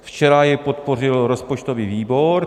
Včera jej podpořil rozpočtový výbor.